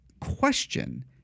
question